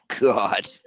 God